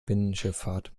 binnenschifffahrt